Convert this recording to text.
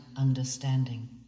understanding